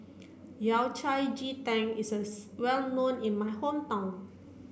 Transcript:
Yao Cai Ji Tang is a well known in my hometown